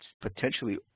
potentially